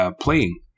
playing